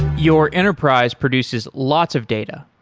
your enterprise produces lots of data,